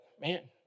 man